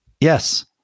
Yes